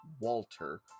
Walter